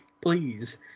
Please